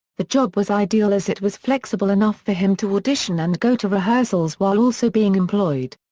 the job was ideal as it was flexible enough for him to audition and go to rehearsals while also being employed.